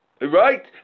right